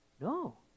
No